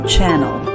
Channel